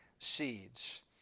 seeds